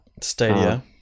Stadia